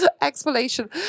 explanation